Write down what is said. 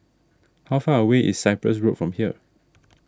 how far away is Cyprus Road from here